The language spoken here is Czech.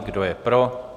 Kdo je pro?